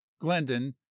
glendon